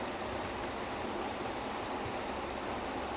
ya then the seals he also acted in something lah